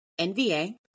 NVA